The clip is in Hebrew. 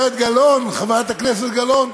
חברת הכנסת גלאון,